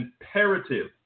imperative